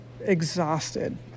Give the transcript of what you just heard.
exhausted